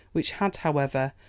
which had, however,